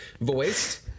Voiced